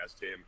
team